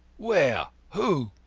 where? who?